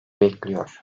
bekliyor